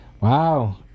wow